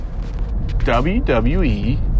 WWE